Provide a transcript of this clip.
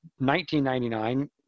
$19.99